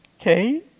okay